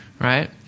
right